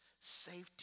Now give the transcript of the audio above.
safety